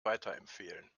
weiterempfehlen